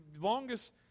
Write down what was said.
longest